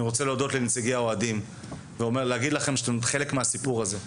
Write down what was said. אני רוצה להודות לנציגי האוהדים ולהגיד לכם שאתם חלק מהסיפור הזה,